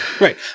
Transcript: Right